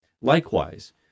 Likewise